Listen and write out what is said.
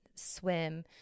swim